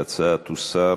ההצעה תוסר